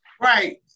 Right